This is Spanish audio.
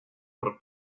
por